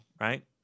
right